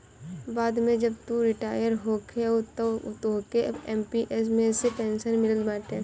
बाद में जब तू रिटायर होखबअ तअ तोहके एम.पी.एस मे से पेंशन मिलत बाटे